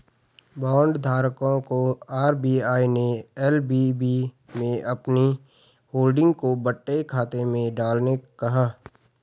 bond धारकों को RBI ने एल.वी.बी में अपनी होल्डिंग को बट्टे खाते में डालने कहा